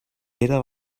era